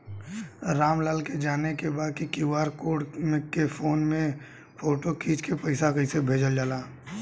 राम लाल के जाने के बा की क्यू.आर कोड के फोन में फोटो खींच के पैसा कैसे भेजे जाला?